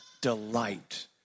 delight